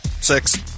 Six